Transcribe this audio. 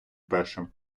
першим